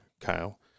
Kyle